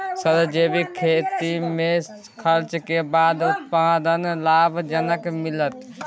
Sir जैविक खेती में खर्च के बाद उत्पादन लाभ जनक मिलत?